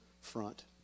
front